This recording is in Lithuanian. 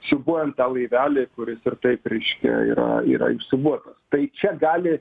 siūbuojam tą laivelį kuris ir taip reiškia yra yra išsiūbuotas tai čia gali